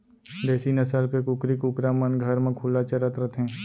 देसी नसल के कुकरी कुकरा मन घर म खुल्ला चरत रथें